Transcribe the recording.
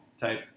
type